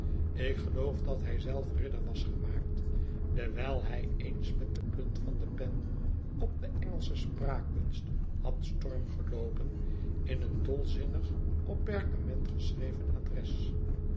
ik gel oof dat hij zelf ridder was gemaakt dewijl hij eens met de punt van de pen op de engelsche spraakkunst had storm geloopen in een dolzinnig op perkament geschreven adres